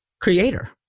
creator